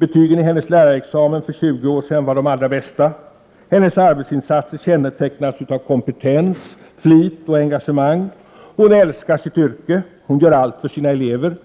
Betygen i hennes lärarexamen för 20 år sedan var de allra bästa. Hennes arbetsinsatser kännetecknas av kompetens, flit och engagemang. Hon älskar sitt yrke, och hon gör allt för sina elever.